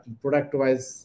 product-wise